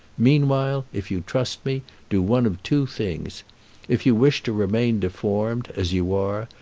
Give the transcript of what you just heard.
meanwhile, if you trust me, do one of two things if you wish to remain deformed, as you are,